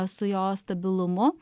su jo stabilumu